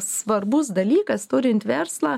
svarbus dalykas turint verslą